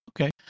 Okay